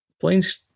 Planes